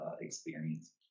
experience